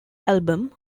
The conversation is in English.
album